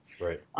Right